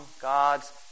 God's